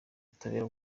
butabera